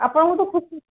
ଆପଣଙ୍କୁ ତ ଖୁସି